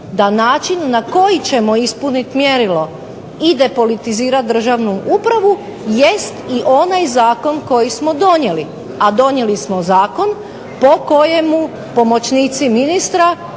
da način na koji ćemo ispuniti mjerilo i depolitizirati državnu upravu jest i ovaj Zakon koji smo donijeli, a donijeli smo zakon po kojemu pomoćnici ministra